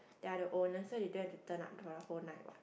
they are the owners so they don't have to turn up for the whole night what